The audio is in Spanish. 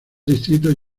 distritos